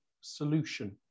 solution